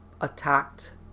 attacked